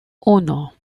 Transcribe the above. uno